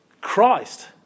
Christ